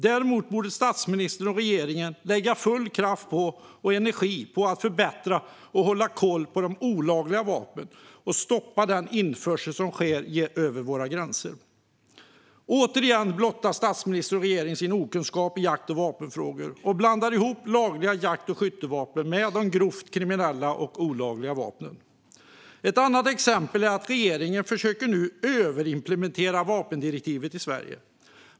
Däremot borde statsministern och regeringen lägga full kraft och energi på att förbättra kollen på de olagliga vapnen och stoppa införseln över våra gränser. Återigen blottar statsministern och regeringen sin okunskap i jakt och vapenfrågor. Man blandar ihop lagliga jakt och skyttevapen med de grovt kriminellas olagliga vapen. Ett annat exempel är att regeringen nu försöker överimplementera vapendirektivet i Sverige.